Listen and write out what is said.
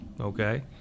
okay